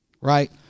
right